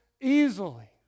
easily